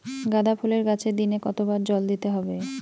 গাদা ফুলের গাছে দিনে কতবার জল দিতে হবে?